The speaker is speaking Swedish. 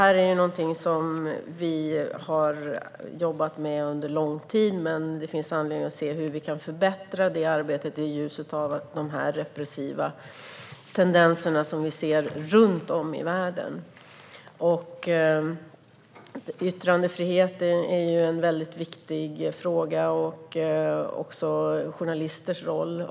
Detta är något som vi har jobbat med under lång tid, men det finns anledning att titta på hur vi kan förbättra det arbetet i ljuset av de repressiva tendenser som vi ser runt om i världen. Yttrandefrihet är en väldigt viktig fråga, liksom journalisters roll.